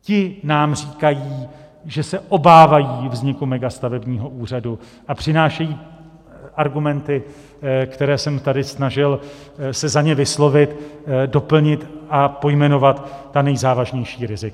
Ti nám říkají, že se obávají vzniku megastavebního úřadu, a přinášejí argumenty, které jsem se tady snažil za ně vyslovit, doplnit a pojmenovat ta nejzávažnější rizika.